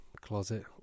closet